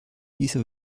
dieser